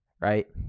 right